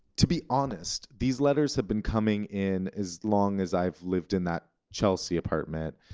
to be honest, these letters have been coming in as long as i've lived in that chelsea apartment.